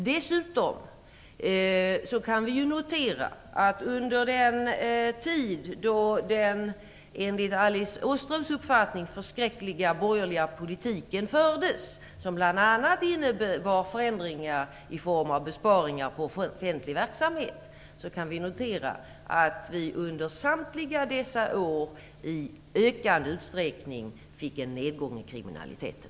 Dessutom vill jag framhålla att då den enligt Alice Åströms uppfattning förskräckliga borgerliga politiken fördes, som bl.a. innebar förändringar i form av besparingar på offentlig verksamhet, kunde vi under samliga år i ökad utsträckning notera en nedgång i kriminaliteten.